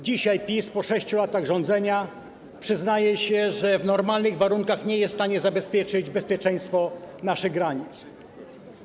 Dzisiaj PiS po 6 latach rządzenia przyznaje się, że w normalnych warunkach nie jest w stanie zapewnić bezpieczeństwa naszych granic.